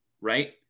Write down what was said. right